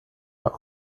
m’a